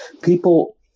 people